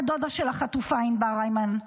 הדודה של החטופה ענבר הימן,